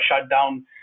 shutdown